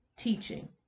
teaching